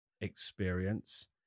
experience